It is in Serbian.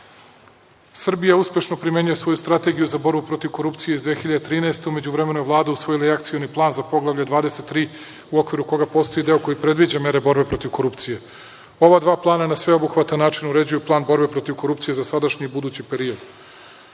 uspešno primenjuje svoju strategiju za borbu protiv korupcije iz 2013. godine, a u međuvremenu je Vlada usvojila i Akcioni plan za Poglavlje 23 u okviru koga postoji deo koji predviđa mere borbe protiv korupcije. Ova dva plana na sveobuhvatan način uređuju plan borbe protiv korupcije za sadašnji i budući period. Na